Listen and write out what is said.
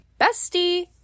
bestie